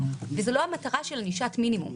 וזה לא המטרה של ענישת מינימום.